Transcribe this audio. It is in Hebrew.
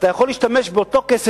אתה יכול להשתמש באותו כסף,